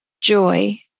joy